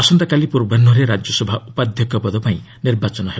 ଆସନ୍ତାକାଲି ପୂର୍ବାହୁରେ ରାଜ୍ୟସଭା ଉପାଧ୍ୟକ୍ଷ ପଦପାଇଁ ନିର୍ବାଚନ ହେବ